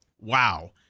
Wow